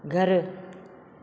घरु